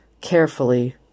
carefully